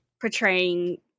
portraying